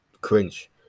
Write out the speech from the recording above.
cringe